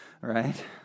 right